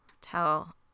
tell